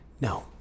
no